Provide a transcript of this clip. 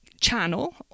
channel